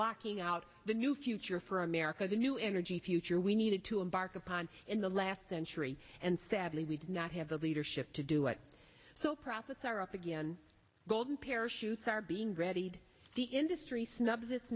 locking out the new future for america the new energy future we need to embark upon in the last century and stably we did not have the leadership to do it so profits are up again golden parachutes are being readied the industry snubs its